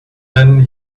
then